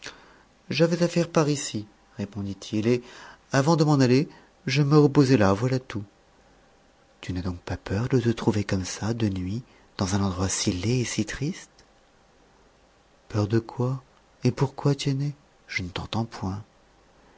j'avais affaire par ici répondit-il et avant de m'en aller je me reposais là voilà tout tu n'as donc pas peur de te trouver comme ça de nuit dans un endroit si laid et si triste peur de quoi et pourquoi tiennet je ne t'entends point